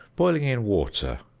boiling in water,